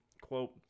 Quote